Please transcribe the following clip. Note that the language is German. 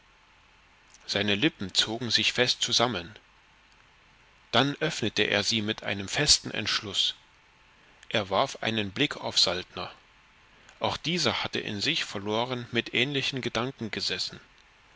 seine lippen zogen sich fest zusammen dann öffnete er sie mit einem festen entschluß er warf einen blick auf saltner auch dieser hatte in sich verloren mit ähnlichen gedanken